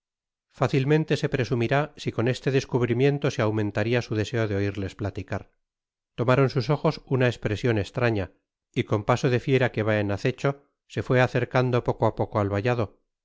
fácilmente se presumirá si con este descubrimiento se aumentaria su deseo de oirles platicar tomaron sus ojos una espresion estraña y con paso de fiera que va en acecho se fué acercando poco á poco al vallado